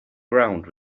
ground